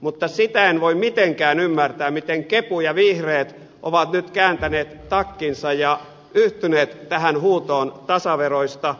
mutta sitä en voi mitenkään ymmärtää miten kepu ja vihreät ovat nyt kääntäneet takkinsa ja yhtyneet tähän huutoon tasaveroista